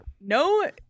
No